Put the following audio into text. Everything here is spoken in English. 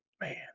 Man